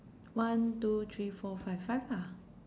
one two three four five five lah